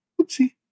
Oopsie